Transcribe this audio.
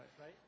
right